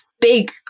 big